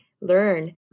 learn